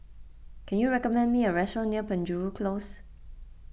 can you recommend me a restaurant near Penjuru Close